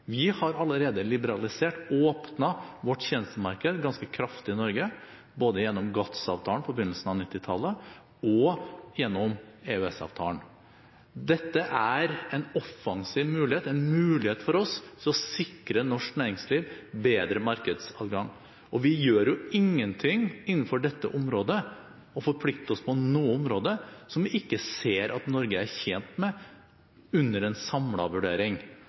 Vi har allerede liberalisert, åpnet vårt tjenestemarked ganske kraftig i Norge, både gjennom GATS-avtalen på begynnelsen av 1990-tallet og gjennom EØS-avtalen. Dette er en offensiv mulighet, en mulighet for oss til å sikre norsk næringsliv bedre markedsadgang. Vi gjør jo ingenting innenfor dette området og forplikter oss på noe område som vi ikke ser at Norge er tjent med under en samlet vurdering.